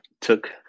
took